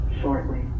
shortly